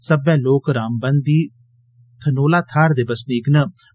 सब्बै लोक रामबन दी थनोला थाह्र दे बसनीक हे